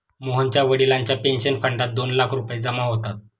मोहनच्या वडिलांच्या पेन्शन फंडात दोन लाख रुपये जमा होतात